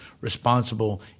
responsible